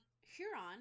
Huron